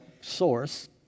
source